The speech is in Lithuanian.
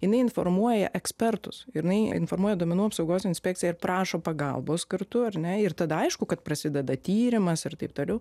jinai informuoja ekspertus ir jinai informuoja duomenų apsaugos inspekciją ir prašo pagalbos kartu ar ne ir tada aišku kad prasideda tyrimas ir taip toliau